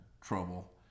trouble